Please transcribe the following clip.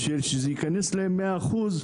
כדי שייכנס להם ה-100%.